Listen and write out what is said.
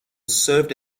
served